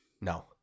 No